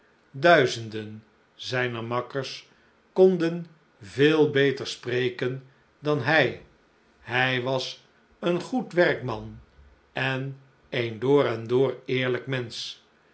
duizenden zijner makkers konden veel beter spreken dan hij hij was een goed werkman en een door en door eerlijk mensch